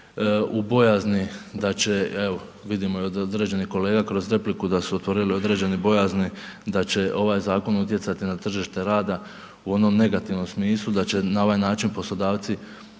u bojazni da će evo vidimo i od određenih kolega kroz repliku da su otvorile određene bojazni da će ovaj zakon utjecati na tržište rada u onom negativnom smislu, da će na ovaj način poslodavci